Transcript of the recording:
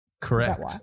Correct